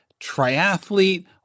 triathlete